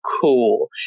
cool